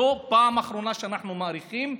זו הפעם האחרונה שאנחנו מאריכים,